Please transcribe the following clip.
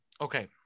Okay